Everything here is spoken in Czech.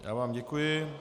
Já vám děkuji.